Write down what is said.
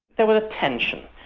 there was a tension.